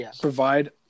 provide